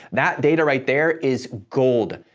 that data right there is gold.